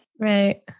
Right